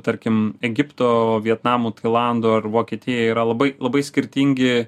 tarkim egipto vietnamo tailando ar vokietija yra labai labai skirtingi